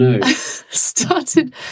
started